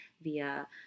via